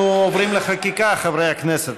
אנחנו עוברים לחקיקה, חברי הכנסת.